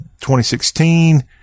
2016